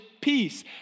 peace